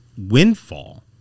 windfall